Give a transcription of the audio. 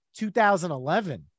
2011